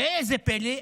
ראה זה פלא,